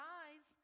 eyes